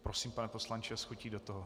Prosím, pane poslanče, s chutí do toho.